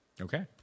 Okay